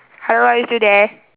hello are you still there